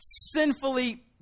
sinfully